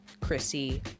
Chrissy